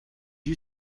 you